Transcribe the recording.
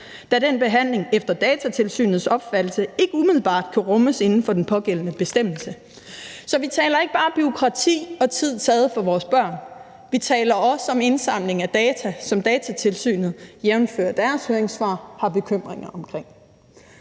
»da den behandling – efter Datatilsynets opfattelse – ikke umiddelbart kan rummes inden for den pågældende bestemmelse.« Så vi taler ikke bare om bureaukrati og om tid, der bliver taget fra vores børn; vi taler også om indsamling af data, som Datatilsynet, jævnfør deres høringssvar, har bekymringer omkring.